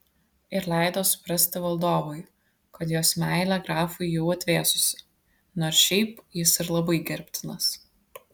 ir leido suprasti valdovui kad jos meilė grafui jau atvėsusi nors šiaip jis ir labai gerbtinas